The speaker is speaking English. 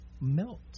melt